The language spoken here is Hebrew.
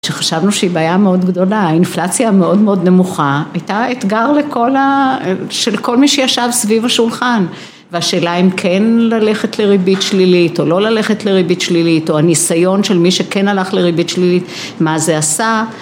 כשחשבנו שהיא בעיה מאוד גדולה, האינפלציה מאוד מאוד נמוכה, הייתה אתגר לכל ה... של כל מי שישב סביב השולחן. והשאלה אם כן ללכת לריבית שלילית, או לא ללכת לריבית שלילית, או הניסיון של מי שכן הלך לריבית שלילית, מה זה עשה.